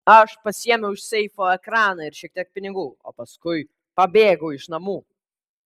aš pasiėmiau iš seifo ekraną ir šiek tiek pinigų o paskui pabėgau iš namų